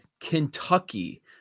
Kentucky